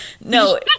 No